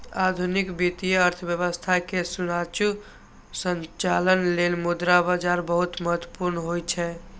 आधुनिक वित्तीय अर्थव्यवस्था के सुचारू संचालन लेल मुद्रा बाजार बहुत महत्वपूर्ण होइ छै